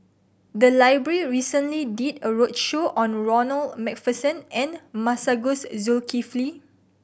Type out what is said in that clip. the library recently did a roadshow on Ronald Macpherson and Masagos Zulkifli